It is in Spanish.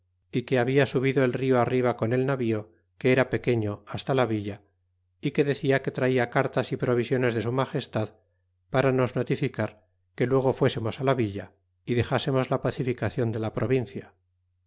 que habla subido el rio arriba con el navío que era pequeño hasta la villa é que decía que traía cartas e provisiones de su magestad para nos notificar que luego fuésemos á la villa é dexsernos la pacificacion de la provincia